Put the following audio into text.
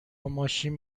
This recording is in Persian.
ماشین